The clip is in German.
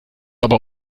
aber